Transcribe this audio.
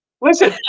Listen